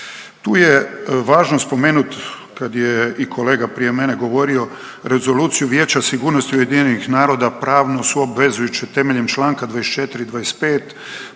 Tu je važno spomenut kad je i kolega prije mene govorio Rezoluciju Vijeća sigurnosti UN-a pravno su obvezujuće temeljem čl. 24.,